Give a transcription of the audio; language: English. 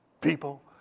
people